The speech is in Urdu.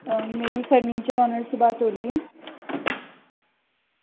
میری فرنیچر انر سے بات ہو رہی ہے